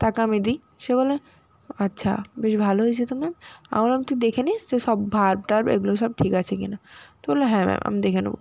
তাকে আমি দিই সে বলে আচ্ছা বেশ ভালো হয়েছে তো ম্যাম আমি বললাম তুই দেখে নিস সে সব ভার্ব টার্ব এগুলো সব ঠিক আছে কি না তো বললো হ্যাঁ ম্যাম আমি দেখে নেবো